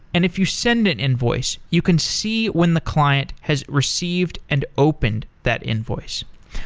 and if you send an invoice, you can see when the client has received and opened that invoice.